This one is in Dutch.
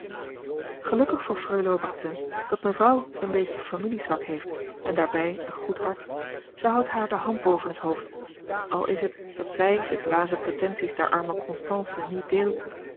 gelukkig voor freule haubertin dat mevrouw een beetje familiezwak heeft en daarbij een goed hart zij houdt haar de hand boven het hoofd al is het dat zij de dwaze pretensies der arme constance niet deelt